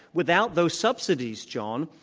without those subsidies, john,